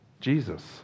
Jesus